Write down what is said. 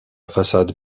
façade